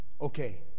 Okay